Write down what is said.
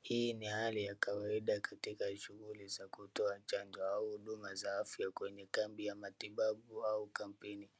Hii ni hali ya kawaida katika shughuli za kutoa chanjo au huduma za afya kwenye kambi ya matibabu au kampeini.